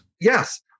Yes